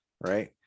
right